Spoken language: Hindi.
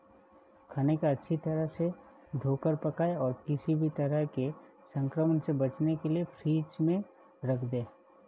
खाने को अच्छी तरह से धोकर पकाएं और किसी भी तरह के संक्रमण से बचने के लिए फ्रिज में रख दें